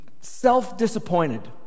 self-disappointed